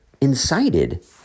incited